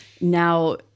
Now